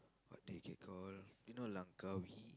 what they can call you know Langkawi